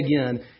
again